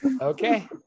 Okay